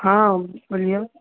हँ बोलियौ